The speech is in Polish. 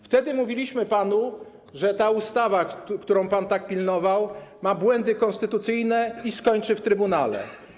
Wtedy mówiliśmy panu, że ta ustawa, której pan tak pilnował, zawiera błędy konstytucyjne i skończy w trybunale.